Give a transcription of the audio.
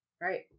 Right